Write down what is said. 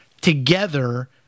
together